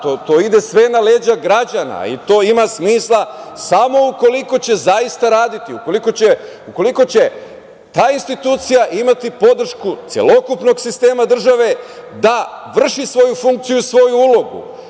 to ide sve na leđa građana i to ima smisla samo ukoliko će zaista raditi, ukoliko će ta institucija imati podršku celokupnog sistema države da vrši svoju funkciju i svoju ulogu.